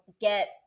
get